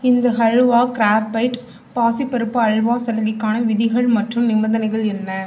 இந்த ஹல்வா கிராப்ஃபைட் பாசிப்பருப்பு அல்வா சலுகைக்கான விதிகள் மற்றும் நிபந்தனைகள் என்ன